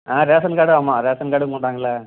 ஆ ration card ஆமாம் ration card கொண்டாங்களேன்